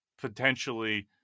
potentially